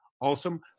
awesome